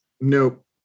nope